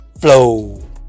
flow